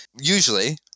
usually